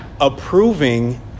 approving